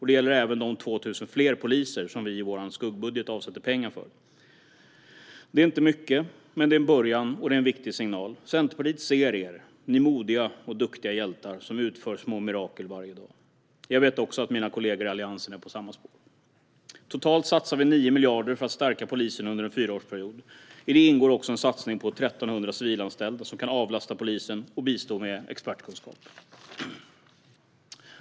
Det gäller även de 2 000 fler poliser som vi avsätter pengar för i vår skuggbudget. Det är inte mycket, men det är en början och en viktig signal. Centerpartiet ser er, ni modiga och duktiga hjältar som utför små mirakel varje dag. Jag vet att mina kollegor i Alliansen är inne på samma spår. Totalt satsar vi 9 miljarder för att stärka polisen under en fyraårsperiod. I det ingår en satsning på 1 300 civilanställda som kan avlasta polisen och bistå med expertkunskap.